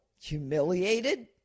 humiliated